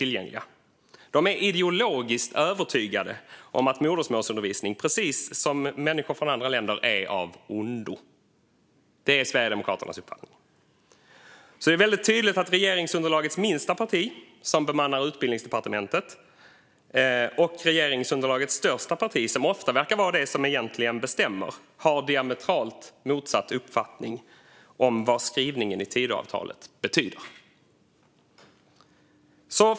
Sverigedemokraterna är ideologiskt övertygade om att modersmålsundervisning, precis som människor från andra länder, är av ondo. Det är Sverigedemokraternas uppfattning. Det är alltså väldigt tydligt att regeringsunderlagets minsta parti, som bemannar Utbildningsdepartementet, och regeringsunderlagets största parti, som ofta verkar vara det som egentligen bestämmer, har diametralt motsatta uppfattningar om vad skrivningen i Tidöavtalet betyder.